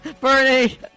Bernie